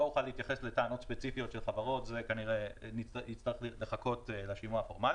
אוכל להתייחס לטענות ספציפיות של חברות וזה כנראה יצטרך לשימוע הפורמלי.